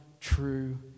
true